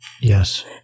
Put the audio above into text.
Yes